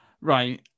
Right